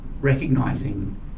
recognizing